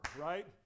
right